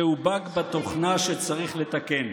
זהו באג בתוכנה שצריך לתקן.